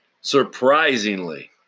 Surprisingly